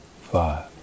five